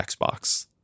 Xbox